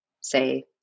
say